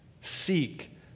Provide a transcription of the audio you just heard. seek